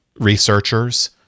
researchers